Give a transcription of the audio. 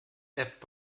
app